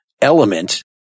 element